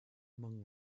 among